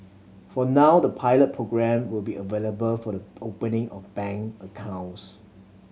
for now the pilot programme will be available for the opening of bank accounts